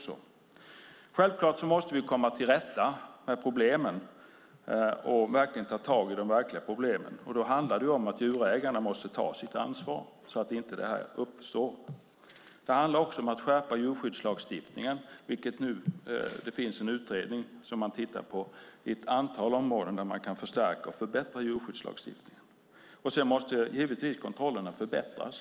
Självklart måste vi komma till rätta med problemen och verkligen ta tag i de verkliga problemen. Då handlar det om att djurägarna måste ta sitt ansvar, så att detta inte uppstår. Det handlar också om att skärpa djurskyddslagstiftningen. Det finns nu en utredning där man tittar på ett antal områden där man kan förstärka och förbättra djurskyddslagstiftningen. Sedan måste givetvis kontrollerna förbättras.